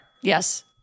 Yes